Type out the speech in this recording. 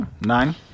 nine